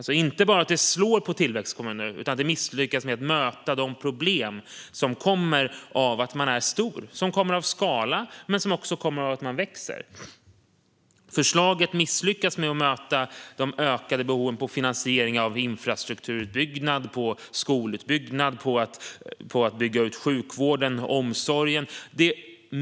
Det inte bara slår mot tillväxtkommuner, utan det misslyckas med att möta de problem som kommer av att man är stor och växer, alltså som en följd av skala. Förslaget misslyckas med att möta de ökade behoven av finansiering av infrastrukturutbyggnad, av skolutbyggnad och av utbyggnad av sjukvård och omsorg.